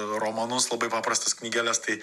romanus labai paprastas knygeles tai